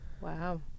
Wow